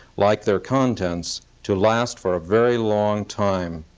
like their contents, to last for a very long time.